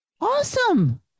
Awesome